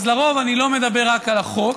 אז לרוב אני לא מדבר רק על החוק,